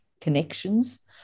connections